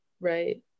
Right